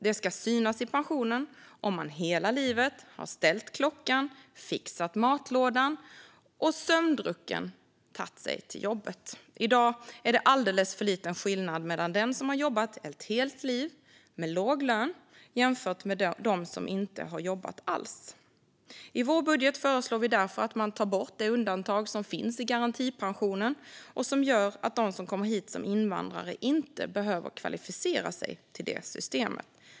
Det ska synas i pensionen om man hela livet har ställt klockan, fixat matlådan och sömndrucken tagit sig till jobbet. I dag är det alldeles för liten skillnad mellan den som har jobbat ett helt liv med låg lön och den som inte har jobbat alls. I vår budget föreslår vi därför att man tar bort det undantag som finns i garantipensionen och som gör att de som kommer hit som invandrare inte behöver kvalificera sig till systemet.